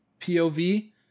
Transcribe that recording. POV